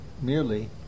merely